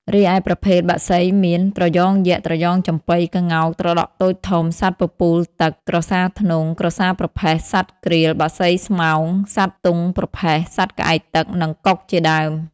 រីឯប្រភេទបក្សីមាន ត្រយងយក្ស ត្រយងចំប៉ី ក្ងោក ត្រដក់តូចធំ សត្វពពូលទឹក ក្រសារធ្នង់ ក្រសារប្រផេះ សត្វក្រៀល បក្សីស្មោញ សត្វទុងប្រផេះ សត្វក្អែកទឹក និងកុកជាដើម។